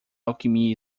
alquimia